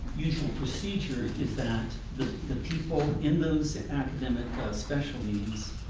usual procedure is that the the people in those academic ah specialties,